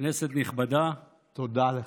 כנסת נכבדה, תודה לך.